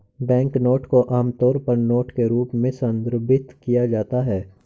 banknote को आमतौर पर नोट के रूप में संदर्भित किया जाता है